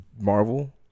Marvel